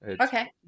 Okay